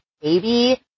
baby